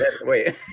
Wait